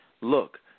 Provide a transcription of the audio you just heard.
Look